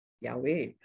yahweh